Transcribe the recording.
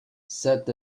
said